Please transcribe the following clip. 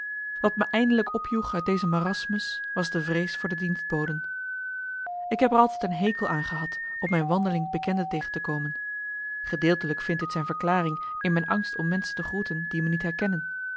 wat me eindelijk opjoeg uit deze marasmus was de vrees voor de dienstboden ik heb er altijd een hekel aan gehad op mijn wandeling bekenden tegen te komen gedeeltelijk vindt dit zijn verklaring in mijn angst om menschen te groeten die me niet herkennen